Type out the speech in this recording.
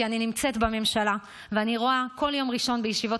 כי אני נמצאת בממשלה ואני רואה כל יום ראשון בישיבות